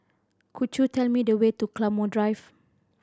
could you tell me the way to Claymore Drive